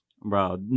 Bro